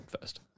first